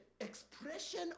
expression